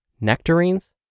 Nectarines